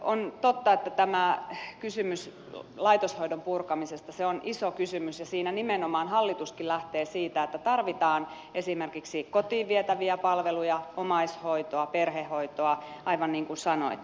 on totta että tämä kysymys laitoshoidon purkamisesta on iso kysymys ja siinä hallituskin lähtee nimenomaan siitä että tar vitaan esimerkiksi kotiin vietäviä palveluja omaishoitoa perhehoitoa aivan niin kuin sanoitte